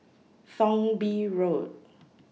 Thong Bee Road